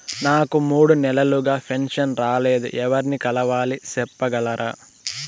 నాకు మూడు నెలలుగా పెన్షన్ రాలేదు ఎవర్ని కలవాలి సెప్పగలరా?